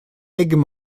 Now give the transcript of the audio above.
aigues